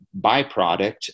byproduct